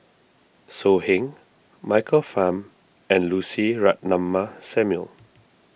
So Heng Michael Fam and Lucy Ratnammah Samuel